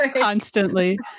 Constantly